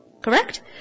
Correct